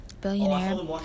billionaire